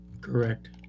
Correct